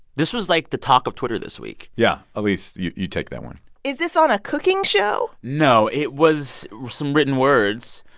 this was, like, the talk of twitter this week yeah. elise, you you take that one is this on a cooking show? no, it was some written words.